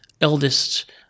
eldest